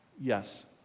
yes